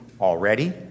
already